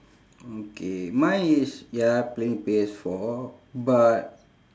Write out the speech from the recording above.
okay mine is ya playing P_S four but